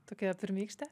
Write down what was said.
tokia pirmykštė